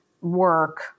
work